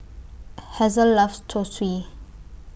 Hazle loves Zosui